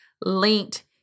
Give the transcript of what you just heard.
linked